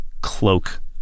cloak